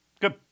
good